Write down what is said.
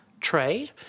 tray